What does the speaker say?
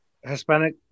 Hispanic